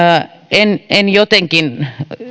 en en jotenkin